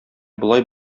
болай